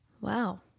Wow